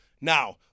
now